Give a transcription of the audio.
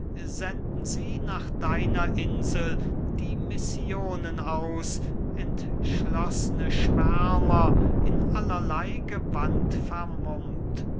sie nach deiner insel die missionen aus entschloßne schwärmer in allerlei gewand vermummt